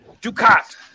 Ducat